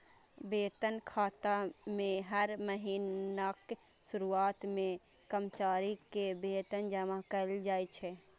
वेतन खाता मे हर महीनाक शुरुआत मे कर्मचारी के वेतन जमा कैल जाइ छै